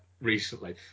recently